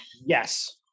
Yes